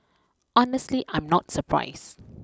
honestly I'm not surprised